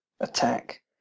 attack